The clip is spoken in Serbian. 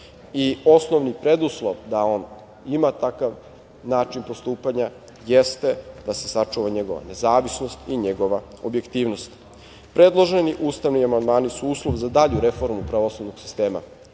Osnovni preduslov da on ima takav način postupanja jeste da se sačuva njegova nezavisnost i njegova objektivnost. Predloženi ustavni amandmani su uslov za dalju reformu pravosudnog sistema